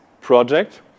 project